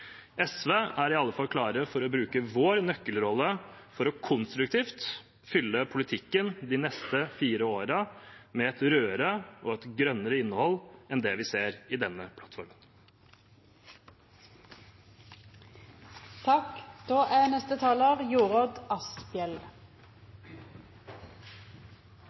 SV er i alle fall klar til å bruke sin nøkkelrolle for konstruktivt å fylle politikken de neste fire årene med et rødere og grønnere innhold enn det vi ser i denne